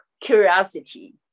curiosity